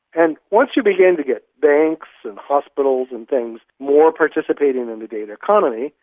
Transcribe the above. and once you begin to get banks and hospitals and things more participating in a data economy,